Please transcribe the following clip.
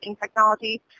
technology